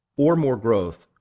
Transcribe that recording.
or more growth,